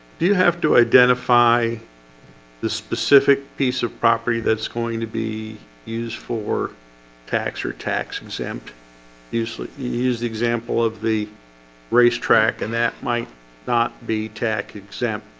do you have to identify the specific piece of property that's going to be used for tax or tax exempt usually you use the example of the racetrack and that might not be tak exempt.